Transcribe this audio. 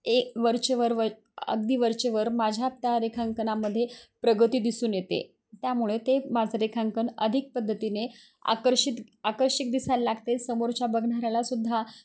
हे वरचेवर व अगदी वरचेवर माझ्या त्या रेखांकनामध्ये प्रगती दिसून येते त्यामुळे ते माझं रेखांकन अधिक पद्धतीने आकर्षित आकर्षिक दिसायला लागते समोरच्या बघणाऱ्यालासुद्धा